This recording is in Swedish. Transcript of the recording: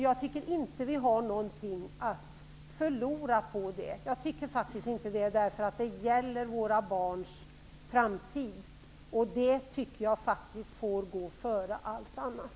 Jag tycker inte att vi har något att förlora på det. Det här gäller våra barns framtid, och det får gå före allt annat.